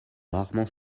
rarement